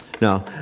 No